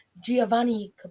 Giovanni